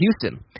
Houston